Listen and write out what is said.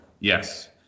yes